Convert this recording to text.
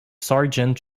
sargent